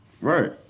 right